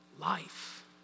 life